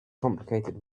complicated